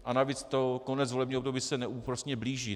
A navíc konec volebního období se neúprosně blíží.